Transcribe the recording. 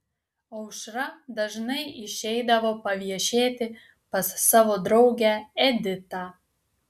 aušra dažnai išeidavo paviešėti pas savo draugę editą